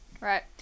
Right